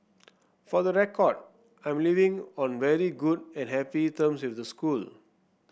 for the record I'm leaving on very good and happy terms with the school